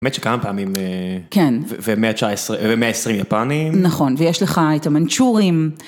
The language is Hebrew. באמת שכמה פעמים, ומאה עשרים יפנים. נכון, ויש לך את המנצ'ורים.